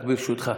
רק ברשותך,